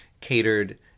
catered